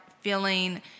feeling